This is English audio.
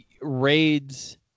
raids